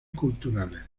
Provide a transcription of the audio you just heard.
culturales